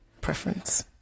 preference